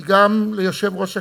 היא גם ליושב-ראש הכנסת,